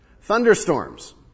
Thunderstorms